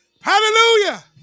Hallelujah